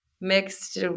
mixed